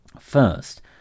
First